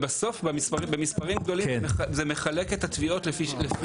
ובסוף במספרים גדולים זה מחלק את התביעות לפי השוק,